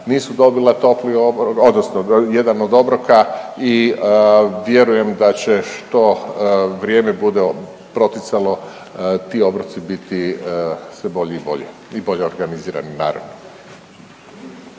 odnosno jedan od obroka i vjerujem da će, što vrijeme bude proticalo, ti obroci biti sve bolji i bolji i bolje organizirani, naravno.